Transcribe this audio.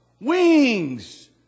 wings